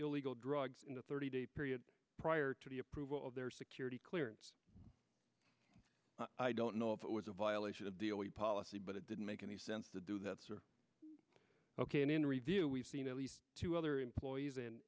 illegal drugs in the thirty day period prior to the approval of their security clearance i don't know if it was a violation of the only policy but it didn't make any sense to do that sir ok and in review we've seen at least two other employees